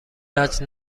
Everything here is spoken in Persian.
وجه